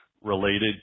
related